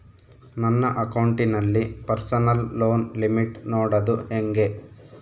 ನನ್ನ ಅಕೌಂಟಿನಲ್ಲಿ personal loan limit ನೋಡದು ಹೆಂಗೆ?